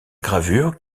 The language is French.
gravure